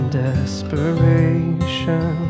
desperation